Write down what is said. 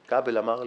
כבל, אמר לי,